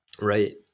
Right